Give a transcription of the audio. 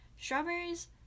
Strawberries